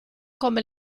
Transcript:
come